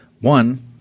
One